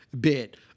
bit